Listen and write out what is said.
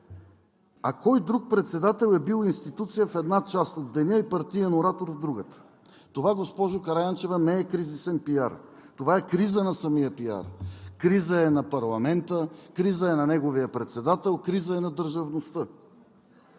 а кой друг председател е бил институция в една част от деня и партиен оратор – в другата? Това, госпожо Караянчева, не е кризисен пиар, това е криза на самия пиар, криза е на парламента, криза е на неговия председател, криза е на държавността.